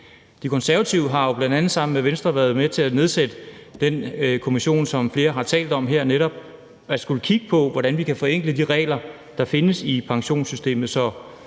De Konservative har jo bl.a. sammen med Venstre været med til at nedsætte den kommission, som flere har talt om her, og som netop skal kigge på, hvordan vi kan forenkle de regler, der er i forbindelse med pensionssystemet, så